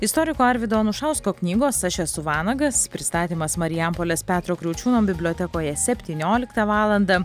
istoriko arvydo anušausko knygos aš esu vanagas pristatymas marijampolės petro kriaučiūno bibliotekoje septynioliktą valandą